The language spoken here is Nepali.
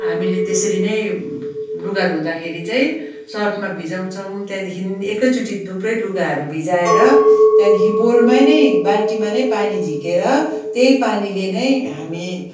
हामीले त्यसरी नै लुगा धुँदाखेरि चाहिँ सर्फमा भिजाउँछौँ त्यहाँदेखि एकैचोटि थुप्रै लुगाहरू भिजाएर त्यहाँदेखि बोलमा नै बाल्टीमा नै पानी झिकेर त्यही पानीले नै हामी